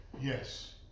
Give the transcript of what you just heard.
Yes